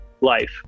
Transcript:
life